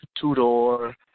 two-door